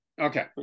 Okay